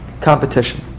competition